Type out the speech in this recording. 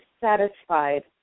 satisfied